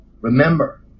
Remember